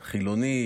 חילוני,